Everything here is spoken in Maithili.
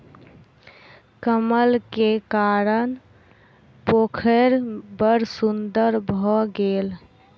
कमल के कारण पोखैर बड़ सुन्दर भअ गेल